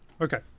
Okay